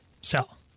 Sell